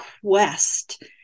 quest